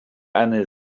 anything